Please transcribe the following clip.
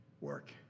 work